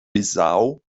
bissau